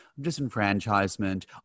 disenfranchisement